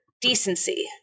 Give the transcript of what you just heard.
Decency